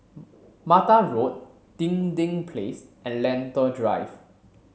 Mattar Road Dinding Place and Lentor Drive